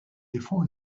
l’effort